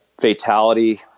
fatality